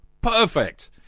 Perfect